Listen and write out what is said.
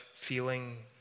feeling